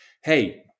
hey